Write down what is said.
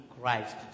Christ